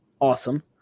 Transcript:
awesome